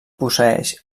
posseeix